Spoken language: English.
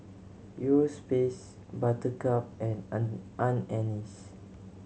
Europace Buttercup and Anne's